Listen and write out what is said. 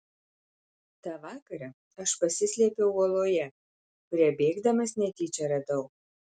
tą vakarą aš pasislėpiau uoloje kurią bėgdamas netyčia radau